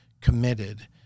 committed